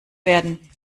werden